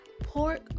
pork